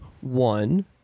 one